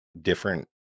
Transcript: different